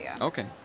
Okay